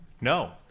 No